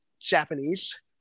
Japanese